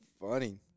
funny